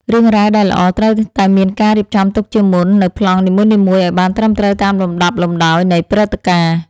រឿងរ៉ាវដែលល្អត្រូវតែមានការរៀបចំទុកជាមុននូវប្លង់នីមួយៗឱ្យបានត្រឹមត្រូវតាមលំដាប់លំដោយនៃព្រឹត្តិការណ៍។